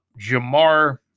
Jamar